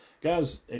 guys